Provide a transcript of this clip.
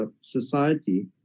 society